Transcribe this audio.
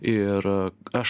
ir aš